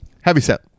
heavyset